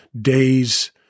days